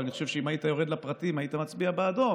אבל אני חושב שאם היית יורד לפרטים היית מצביע בעדו,